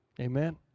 amen